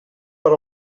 per